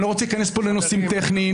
לא רוצה להיכנס פה לנושאים טכניים.